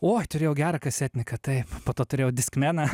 uoj turėjau gerą kasetniką taip po to turėjau diskmeną